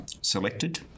selected